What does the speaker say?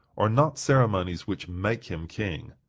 are not ceremonies which make him king.